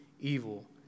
evil